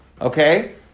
Okay